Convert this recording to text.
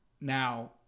now